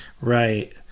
Right